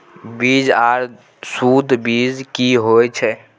बीज आर सुध बीज की होय छै?